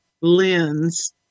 lens